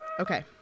Okay